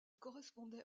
correspondait